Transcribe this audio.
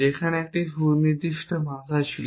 সেখানে একটি সুনির্দিষ্ট ভাষা ছিল